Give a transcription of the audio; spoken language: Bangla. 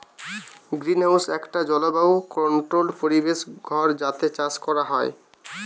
গ্রিনহাউস একটা জলবায়ু কন্ট্রোল্ড পরিবেশ ঘর যাতে চাষ কোরা হয়